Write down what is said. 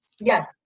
yes